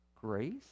grace